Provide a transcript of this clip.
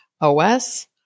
OS